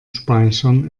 speichern